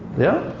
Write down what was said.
yeah?